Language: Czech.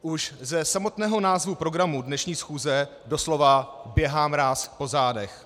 Už ze samotného názvu programu dnešní schůze doslova běhá mráz po zádech.